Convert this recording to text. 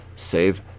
Save